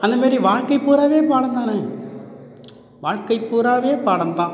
அந்தமாதிரி வாழ்க்கை பூராவே பாடம் தான வாழ்க்கை பூராவே பாடம் தான்